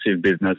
business